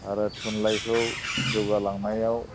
आरो थुनलाइखौ जौगालांनायाव